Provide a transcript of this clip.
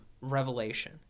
revelation